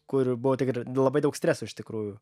kur buvo tikrai labai daug streso iš tikrųjų